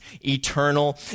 eternal